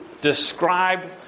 describe